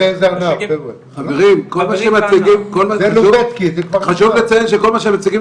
חברים, אני רוצה קודם שניתן